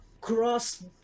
cross